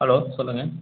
hello சொல்லுங்கள்